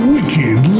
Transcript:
Wicked